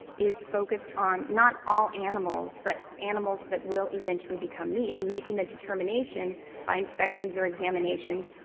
is focused on not all animals, but animals that will eventually become meat and making the determination by inspections or examinations,